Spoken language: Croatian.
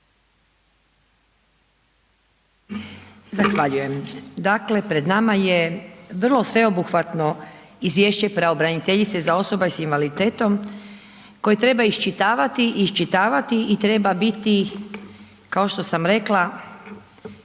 Zahvaljujem, dakle pred nama je vrlo sveobuhvatno izvješće pravobraniteljice za osobe s invaliditetom, koje treba iščitavati i iščitavati i treba biti kao što sam rekla,